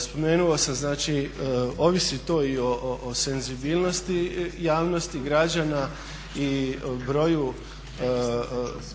Spomenuo sam znači, ovisi to i o senzibilnosti javnosti, građana i broju